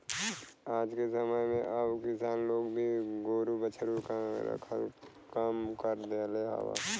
आजके समय में अब किसान लोग भी गोरु बछरू रखल कम कर देहले हउव